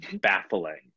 baffling